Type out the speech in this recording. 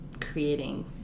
creating